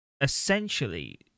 essentially